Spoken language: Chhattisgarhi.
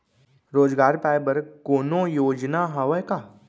रोजगार पाए बर कोनो योजना हवय का?